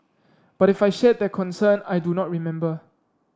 but if I shared their concern I do not remember